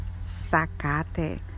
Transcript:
Sacate